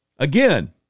Again